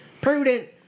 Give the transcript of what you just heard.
prudent